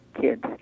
kids